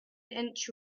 inch